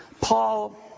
Paul